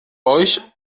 euch